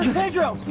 pedro